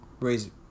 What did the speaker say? raise